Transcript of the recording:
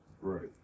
Right